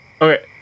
Okay